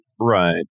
Right